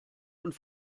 und